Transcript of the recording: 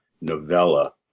novella